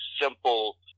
simple